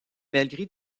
malgré